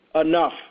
enough